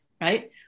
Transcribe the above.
Right